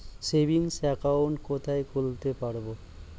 Savings account কোথায় খুলতে পারব?